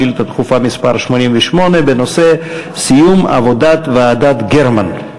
שאילתה דחופה מס' 88 בנושא: סיום עבודת ועדת גרמן,